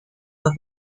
the